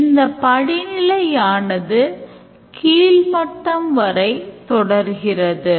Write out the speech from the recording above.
எனவே ஒரு விமான முன்பதிவு அமைப்பில் மீட்டெடுக்கிறது